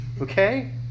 okay